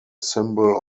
symbol